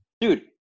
Dude